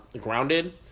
grounded